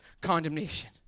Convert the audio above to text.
condemnation